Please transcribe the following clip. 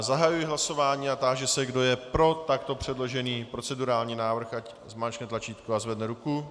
Zahajuji hlasování a táži se, kdo je pro takto předložený procedurální návrh, ať zmáčkne tlačítko a zvedne ruku.